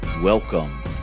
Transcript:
Welcome